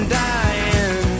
dying